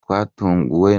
twatunguwe